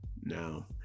Now